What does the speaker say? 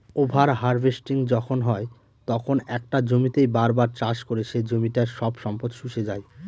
over harvesting তখন হয় যখন একটা জমিতেই বার বার চাষ করে সে জমিটার সব সম্পদ শুষে যাই